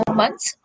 months